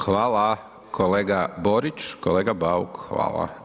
Hvala kolega Borić, kolega Bauk, hvala.